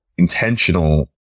intentional